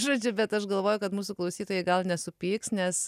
žodžiu bet aš galvoju kad mūsų klausytojai gal nesupyks nes